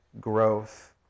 growth